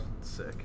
sick